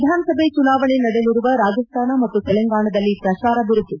ವಿಧಾನಸಭೆ ಚುನಾವಣೆ ನಡೆಯಲಿರುವ ರಾಜಸ್ತಾನ ಮತ್ತು ತೆಲಂಗಾಣದಲ್ಲಿ ಪ್ರಚಾರ ಬಿರುಸು